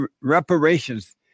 reparations